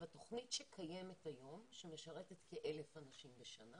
התוכנית שקיימת היום, שמשרתת כ-1,000 אנשים בשנה